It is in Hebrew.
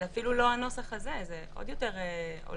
זה אפילו לא הנוסח הזה, זה עוד יותר הולך